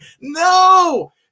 No